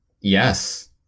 Yes